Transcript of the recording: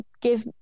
give